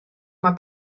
mae